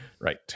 Right